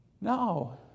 No